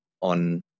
on